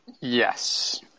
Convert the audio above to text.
Yes